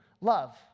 Love